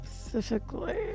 specifically